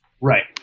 Right